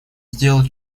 сделал